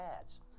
ads